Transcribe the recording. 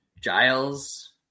Giles